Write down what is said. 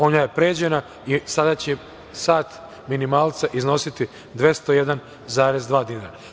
Ona je pređena i sada će sat minimalca iznositi 201,2 dinara.